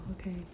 okay